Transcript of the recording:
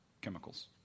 chemicals